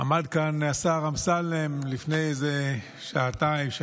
עמד כאן השר אמסלם לפני איזה שעתיים-שלוש,